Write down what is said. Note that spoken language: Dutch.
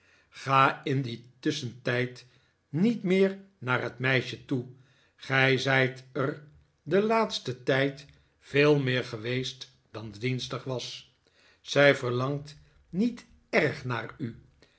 ga in dien tusschentijd niet meer naar het meisje toe gij zijt er den laatsten tijd veel meer geweest dan dienstig was zij verlangt niet erg naar u